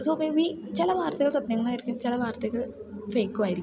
so maybe ചില വാർത്തകൾ സത്യങ്ങളായിരിക്കും ചില വാർത്തകൾ ഫേക്കുമായിരിക്കും